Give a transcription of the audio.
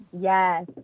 Yes